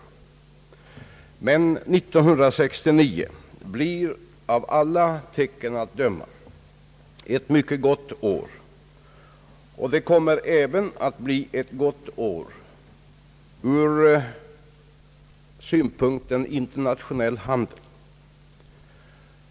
År 1969 blir dock av alla tecken att döma ett mycket gott år, och det kommer även att bli ett gott år med tanke på internationell handel.